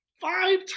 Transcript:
Five